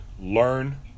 learn